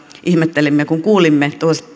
ihmettelimme kun kuulimme